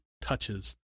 touches